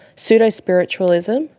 pseudo-spiritualism,